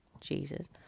Jesus